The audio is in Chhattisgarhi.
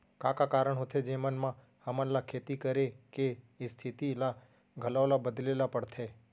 का का कारण होथे जेमन मा हमन ला खेती करे के स्तिथि ला घलो ला बदले ला पड़थे?